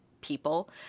people